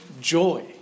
joy